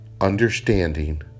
understanding